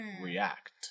React